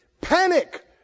panic